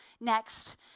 Next